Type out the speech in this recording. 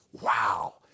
Wow